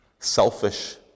selfish